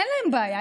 אין להם בעיה,